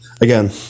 Again